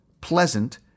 pleasant